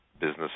business